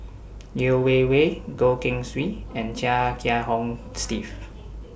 Yeo Wei Wei Goh Keng Swee and Chia Kiah Hong Steve